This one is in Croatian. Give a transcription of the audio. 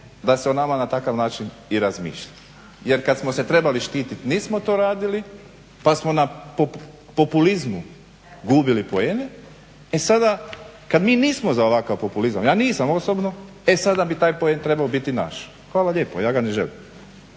da se o nama na takav način razmišlja jer kada smo se trebali štiti nismo to radili pa smo na populizmu gubili poene e sada kada mi nismo za ovakav populizam, ja nisam osobno, e sada bi taj poen trebao biti naš. Hvala lijepa ja ga ne želim.